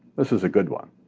this is a good one.